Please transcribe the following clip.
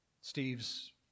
Steve's